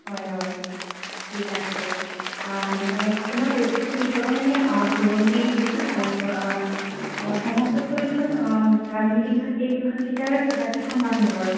হয় হয় ঠিক আছে আপোনাৰ প্ৰত্যেকটো বিভাগৰ মানে বুৰঞ্জী বিভাগ আৰু সমাজতত্ব বিভাগ ৰাজনীতি বিভাগ এই বিভাগকেইটাৰ কিতাপকেইখন পামনি বাৰু